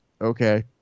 Okay